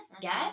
get